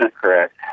correct